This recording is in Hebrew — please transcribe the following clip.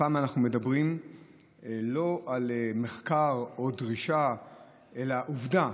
הפעם אנחנו מדברים לא על מחקר או דרישה אלא על עובדה